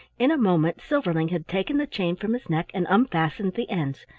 in a moment silverling had taken the chain from his neck and unfastened the ends.